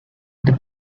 the